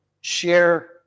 share